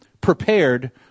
prepared